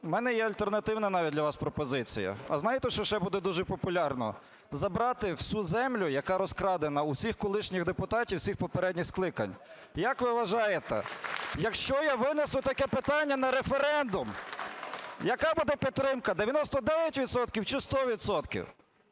у мене є альтернативна навіть для вас пропозиція. А знаєте, що ще буде дуже популярно, забрати всю землю, яка розкрадена, у всіх колишніх депутатів всіх попередніх скликань. Як ви вважаєте, якщо я винесу таке питання на референдум, яка буде підтримка – 99